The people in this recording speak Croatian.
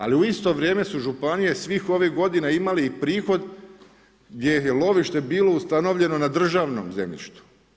Ali u isto vrijeme su županije svih ovih godina imale prihod gdje je lovište bilo ustanovljeno na državnom zemljištu.